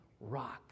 rock